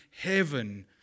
heaven